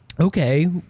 okay